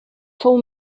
fou